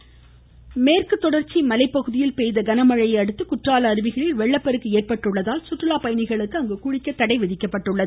குற்றாலம் மேற்கு தொடர்ச்சி மலைப்பகுதியில் பெய்த கன மழையை அடுத்து குற்றால அருவிகளில் வெள்ளப்பெருக்கு ஏற்பட்டுள்ளதால் சுற்றுலா பயணிகளுக்கு குளிக்க தடை விதிக்கப்பட்டுள்ளது